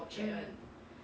mm